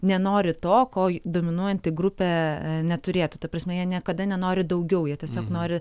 nenori to ko dominuojanti grupė neturėtų ta prasme jie niekada nenori daugiau jie tiesiog nori